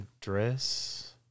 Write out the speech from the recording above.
dress